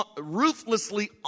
ruthlessly